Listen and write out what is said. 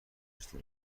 داشته